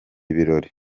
ibirori